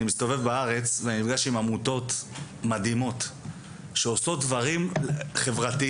אני מסתובב בארץ ואני יודע שהן עמותות מדהימות שעושות דברים חברתיים,